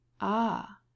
Ah